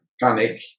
panic